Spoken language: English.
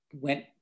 went